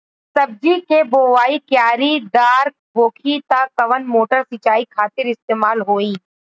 सब्जी के बोवाई क्यारी दार होखि त कवन मोटर सिंचाई खातिर इस्तेमाल होई?